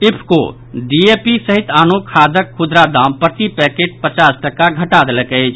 IFFCO DAP सहित आनो खादक खुदरा दाम प्रति पेकैट पचास टाका घटा देलक अछि